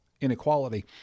inequality